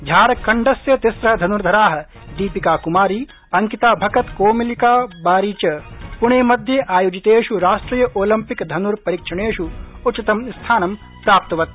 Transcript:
झारखंडस्य तिम्र धन्धरा दीपिका क्मारी अंकिता भकत कोमोलिकाबारी च प्णेमध्ये आयोजितेष् राष्ट्रिय ओलम्पिक धन्र्परीक्षणेष् उच्चतमं स्थानं प्राप्तवत्य